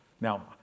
Now